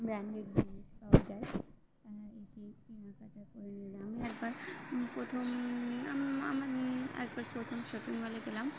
branded জিনিস পাওয়া যায় এটি কেনাকাটা করে নিলাম একবার প্রথম আমার একবার প্রথম শপিং মলে গেলাম